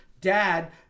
dad